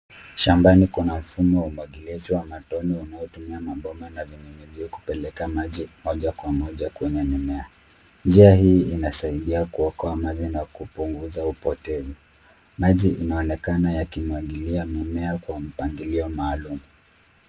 Shambani kuna mfumo wa umwangiliaji wa matone unaotumia mabomba na vinyunyizi kupeleka maji moja kwa moja kweynye mimea, njia hii inasaidia kuokoa maji na kupunguza upotevu. Maji inaonekana yakimwangilia mimea kwa mpangilio maalum.